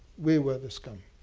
we were the scum.